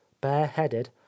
bareheaded